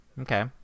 Okay